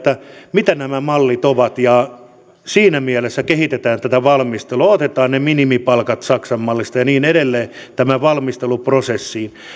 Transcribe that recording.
mitä nämä mallit ovat ja siinä mielessä kehitetään tätä valmistelua otetaan ne minimipalkat saksan mallista ja niin edelleen tämän valmisteluprosessiin